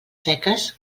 seques